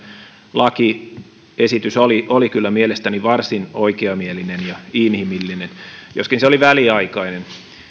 lakiesitys oli oli kyllä mielestäni varsin oikeamielinen ja inhimillinen joskin se oli väliaikainen